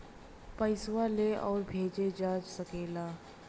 पइसवा ले आउर भेजे जा सकेला